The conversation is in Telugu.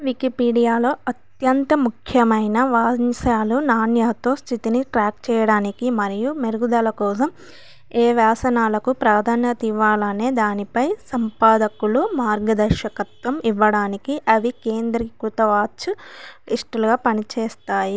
వికీపీడియాలో అత్యంత ముఖ్యమైన అంశాలు నాణ్యాతో స్థితిని ట్రాక్ చేయడానికి మరియు మెరుగుదల కోసం ఏ వ్యాసానాలకు ప్రాధాన్యత ఇవ్వాలనే దానిపై సంపాదకుల మార్గదర్శకత్వం ఇవ్వడానికి అవి కేంద్రీకృత వాచ్ లిస్ట్లుగా పనిచేస్తాయి